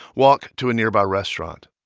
walk to a nearby restaurant.